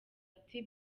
ati